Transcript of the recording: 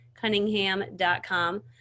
cunningham.com